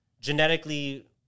genetically